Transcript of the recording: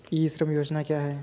ई श्रम योजना क्या है?